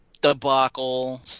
debacle